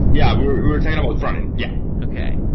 yeah, we're talking about frontend. yeah okay,